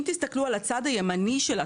אם תסתכלו על הצד הימני של הטבלה,